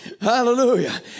hallelujah